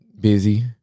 busy